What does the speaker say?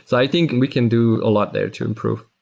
so i think we can do a lot there to improve.